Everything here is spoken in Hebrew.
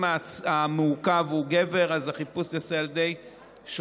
אם המעוכב הוא גבר, אז החיפוש ייעשה על ידי שוטר,